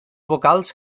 vocals